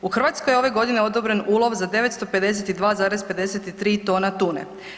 U Hrvatskoj je ove godine odobren ulov za 952,53 tona tune.